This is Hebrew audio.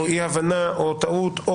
אי הבנה או טעות,